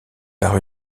par